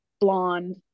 blonde